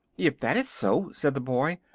if that is so, said the boy,